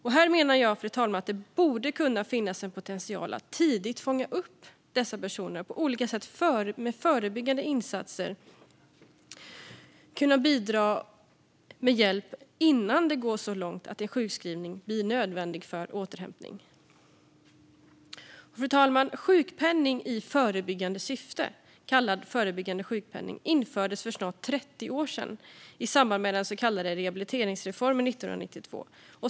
Här menar jag, fru talman, att det borde kunna finnas en potential att tidigt fånga upp dessa personer och på olika sätt med förebyggande insatser kunna bidra med hjälp innan det går så långt att sjukskrivning blir nödvändig för återhämtning. Fru talman! Sjukpenning i förebyggande syfte, kallad förebyggande sjukpenning, infördes för snart 30 år sedan i samband med den så kallade rehabiliteringsreformen 1992.